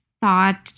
thought